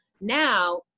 Now